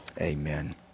Amen